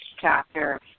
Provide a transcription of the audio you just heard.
chapter